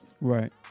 Right